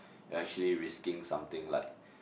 yea actually risking something like